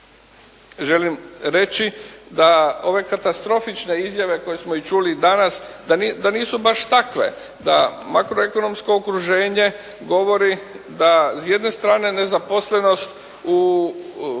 želim reći da ove katastrofične izjave koje smo i čuli danas da nisu baš takve, da makroekonomsko okruženje govori da s jedne strane nezaposlenost u